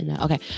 Okay